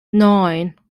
neun